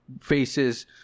faces